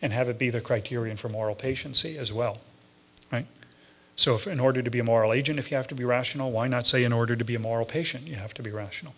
and have it be the criterion for moral patients as well so if in order to be a moral agent if you have to be rational why not say in order to be a moral patient you have to be rational